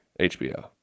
HBO